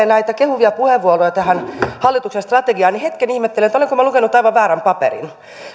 näitä kehuvia puheenvuoroja tähän hallituksen strategiaan liittyen niin hetken ihmettelin että olenko minä lukenut aivan väärän paperin